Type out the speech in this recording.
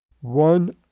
One